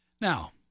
Now